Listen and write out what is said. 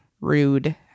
rude